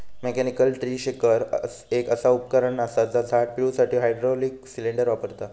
mechanical tree shaker एक असा उपकरण असा जा झाड पिळुसाठी हायड्रॉलिक सिलेंडर वापरता